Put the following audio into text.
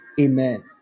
Amen